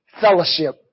fellowship